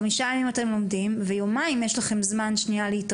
חמישה ימים אתם לומדים ויומיים יש לכם זמן להתאוורר,